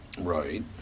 Right